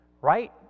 right